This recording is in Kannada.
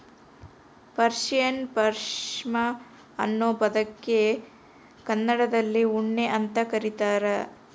ಪರ್ಷಿಯನ್ ಪಾಷ್ಮಾ ಅನ್ನೋ ಪದಕ್ಕೆ ಕನ್ನಡದಲ್ಲಿ ಉಣ್ಣೆ ಅಂತ ಕರೀತಾರ